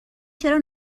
چرا